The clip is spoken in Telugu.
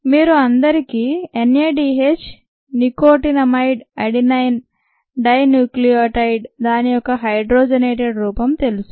మీరు అందరికీ NADH నికోటినమైడ్ అడినైన్ డైన్యూక్లియోటైడ్ దాని యొక్క హైడ్రోజనేటెడ్ రూపం తెలుసు